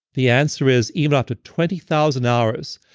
the answer is even after twenty thousand hours,